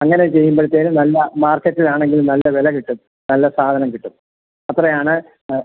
അങ്ങനെ ചെയ്യുമ്പോഴത്തേക്ക് നല്ല മാർക്കറ്റിലാണെങ്കിലും നല്ല വില കിട്ടും നല്ല സാധനം കിട്ടും അത്രയാണ്